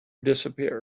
disappeared